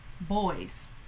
boys